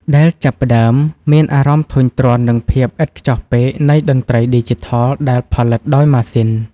ដែលចាប់ផ្តើមមានអារម្មណ៍ធុញទ្រាន់នឹងភាពឥតខ្ចោះពេកនៃតន្ត្រីឌីជីថលដែលផលិតដោយម៉ាស៊ីន។